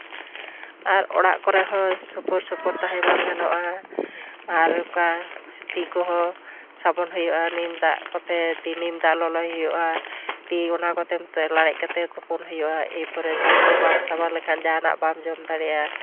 ᱟᱨ ᱚᱲᱟᱜ ᱠᱚᱨᱮ ᱦᱚᱸ ᱥᱩᱯᱩᱨ ᱥᱩᱯᱩᱨ ᱛᱟᱦᱮᱸ ᱵᱟᱝ ᱜᱟᱱᱚᱜᱼᱟ ᱟᱨ ᱚᱱᱠᱟ ᱛᱤ ᱠᱚᱦᱚᱸ ᱥᱟᱵᱚᱱ ᱦᱩᱭᱩᱜᱼᱟ ᱱᱤᱢ ᱫᱟᱜ ᱠᱚᱛᱮ ᱱᱤᱢ ᱫᱟᱜ ᱞᱚᱞᱚᱭ ᱦᱩᱭᱩᱜᱼᱟ ᱛᱤ ᱚᱱᱟ ᱠᱚᱛᱮ ᱞᱟᱲᱮᱡ ᱠᱟᱛᱮ ᱛᱩᱯᱩᱱ ᱦᱩᱭᱩᱜᱼᱟ ᱮᱯᱚᱨᱮ ᱛᱤ ᱦᱚᱸ ᱵᱟᱢ ᱥᱟᱵᱟᱱ ᱞᱮᱠᱷᱟᱱ ᱡᱟᱦᱟᱱᱟᱜ ᱵᱟᱢ ᱡᱚᱢ ᱫᱟᱲᱮᱭᱟᱜᱼᱟ